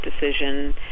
decision